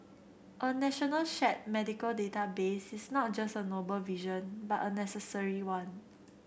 a national shared medical database is not just a noble vision but a necessary one